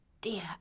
Dear